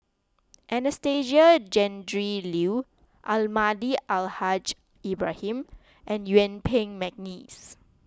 Anastasia Tjendri Liew Almahdi Al Haj Ibrahim and Yuen Peng McNeice